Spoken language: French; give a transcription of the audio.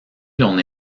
l’on